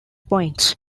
points